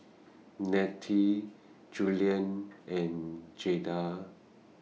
Nettie Julian and Jada